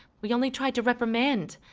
we only tried to reprimand,